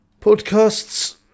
podcasts